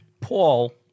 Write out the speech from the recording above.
Paul